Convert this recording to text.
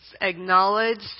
acknowledged